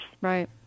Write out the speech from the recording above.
Right